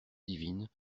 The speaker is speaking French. divine